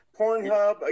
Pornhub